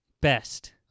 Best